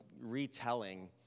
retelling